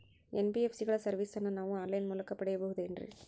NBSC ಗಳ ಸರ್ವಿಸನ್ನ ನಾವು ಆನ್ ಲೈನ್ ಮೂಲಕ ಪಡೆಯಬಹುದೇನ್ರಿ?